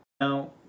Now